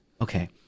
Okay